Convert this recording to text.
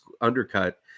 undercut